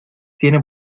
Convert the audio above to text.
tiene